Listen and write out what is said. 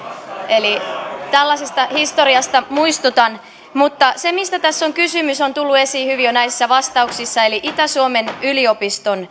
tällaisesta historiasta muistutan mutta se mistä tässä on kysymys on tullut esiin jo hyvin näissä vastauksissa itä suomen yliopiston